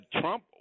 Trump